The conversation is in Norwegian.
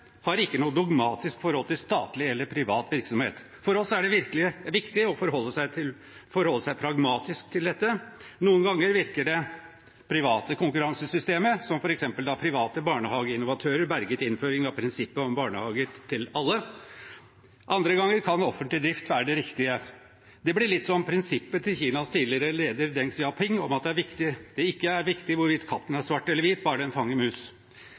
har ikke noe dogmatisk forhold til statlig eller privat virksomhet. For oss er det viktig å forholde seg pragmatisk til dette. Noen ganger virker det private konkurransesystemet, som f.eks. da private barnehageinnovatører berget innføringen av prinsippet om barnehager til alle. Andre ganger kan offentlig drift være det riktige. Det blir litt som prinsippet til Kinas tidligere leder Deng Xiaoping om at det ikke er viktig hvorvidt katten er svart eller hvit, bare den fanger mus.